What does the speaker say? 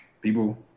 People